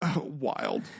Wild